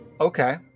Okay